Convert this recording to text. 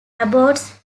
abbots